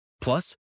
Plus